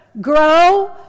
grow